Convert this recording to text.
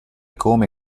come